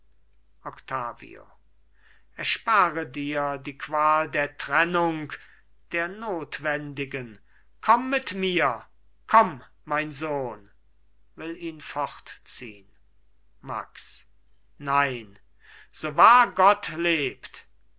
octavio erspare dir die qual der trennung der notwendigen komm mit mir komm mein sohn will ihn fortziehn max nein so wahr gott lebt